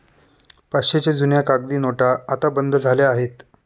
पाचशेच्या जुन्या कागदी नोटा आता बंद झाल्या आहेत